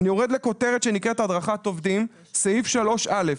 אני יורד לכותרת שנקראת הדרכת עובדים, סעיף 3(א):